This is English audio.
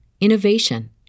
innovation